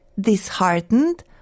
disheartened